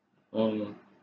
uh